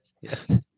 Yes